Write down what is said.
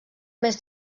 més